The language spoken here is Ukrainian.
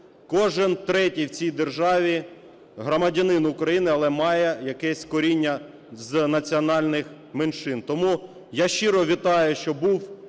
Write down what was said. Кожен третій в цій державі – громадянин України, але має якесь коріння з національних меншин. Тому я щиро вітаю, що був